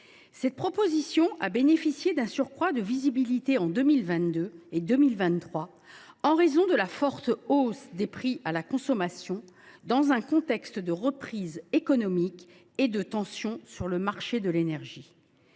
Cette idée, qui a bénéficié d’un surcroît de visibilité en 2022 et en 2023 en raison de la forte hausse des prix à la consommation dans un contexte de reprise économique et de tensions sur le marché de l’énergie,